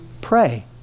pray